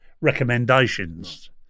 recommendations